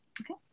Okay